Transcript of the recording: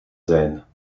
zijn